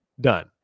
done